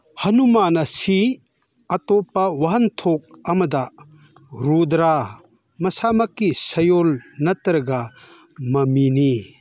ꯍꯥꯅꯨꯃꯥꯟ ꯑꯁꯤ ꯑꯇꯣꯞꯄ ꯋꯥꯍꯟꯊꯣꯛ ꯑꯃꯗ ꯔꯨꯗ꯭ꯔꯥ ꯃꯁꯥꯃꯛꯀꯤ ꯁꯌꯣꯜ ꯅꯠꯇ꯭ꯔꯒ ꯃꯃꯤꯅꯤ